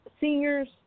seniors